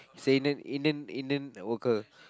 he's a Indian Indian Indian worker